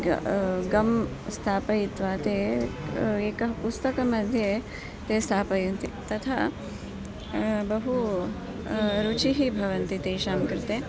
ग गं स्थापयित्वा ते एकः पुस्तकमध्ये ते स्थापयन्ति तथा बहु रुचिः भवन्ति तेषां कृते